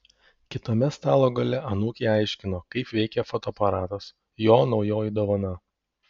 kitame stalo gale anūkei aiškino kaip veikia fotoaparatas jo naujoji dovana